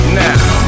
now